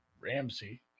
Ramsey